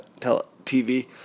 TV